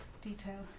detail